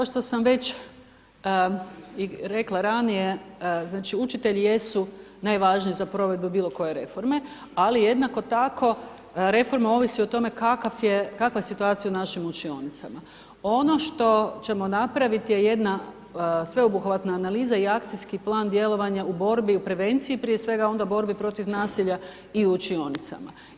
Kao što sam već i rekla ranije, znači učitelji jesu najvažniji za provedbu bilo koje reforme, ali jednako tako reforma ovisi o tome, kakva je situacija u našim učionicama, ono što ćemo napraviti je jedna sveobuhvatna analiza i akcijski plan djelovanja u borbi i prevenciji i prije svega onda borbi protiv nasilja i učionicama.